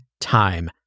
time